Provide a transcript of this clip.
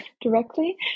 directly